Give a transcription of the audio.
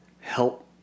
help